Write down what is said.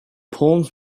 palms